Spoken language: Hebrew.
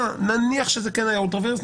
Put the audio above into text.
נניח שזה היה אולטרה וירס,